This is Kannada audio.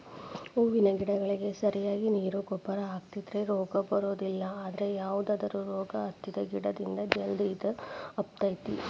ಹೂವಿನ ಗಿಡಗಳಿಗೆ ಸರಿಯಾಗಿ ನೇರು ಗೊಬ್ಬರ ಹಾಕಿದ್ರ ರೋಗ ಬರೋದಿಲ್ಲ ಅದ್ರ ಯಾವದರ ರೋಗ ಹತ್ತಿದ ಗಿಡದಿಂದ ಜಲ್ದಿ ಇದು ಹಬ್ಬತೇತಿ